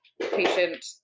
patient